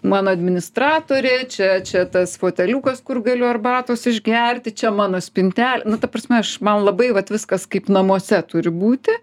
mano administratorė čia čia tas foteliukas kur galiu arbatos išgerti čia mano spinte nu ta prasme aš man labai vat viskas kaip namuose turi būti